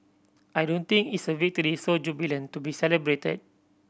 I don't think it's a victory so jubilant to be celebrated